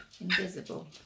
Invisible